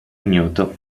ignoto